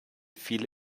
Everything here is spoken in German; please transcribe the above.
viele